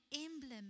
emblem